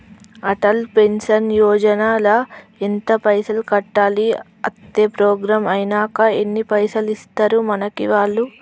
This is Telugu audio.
అటల్ పెన్షన్ యోజన ల ఎంత పైసల్ కట్టాలి? అత్తే ప్రోగ్రాం ఐనాక ఎన్ని పైసల్ ఇస్తరు మనకి వాళ్లు?